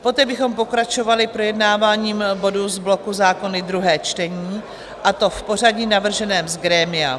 Poté bychom pokračovali projednáváním bodů z bloku Zákony druhé čtení, a to v pořadí navrženém z grémia.